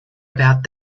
about